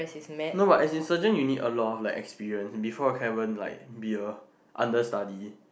no but as in surgeon you need a lot of like experience before you can even be like be a understudy